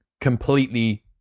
completely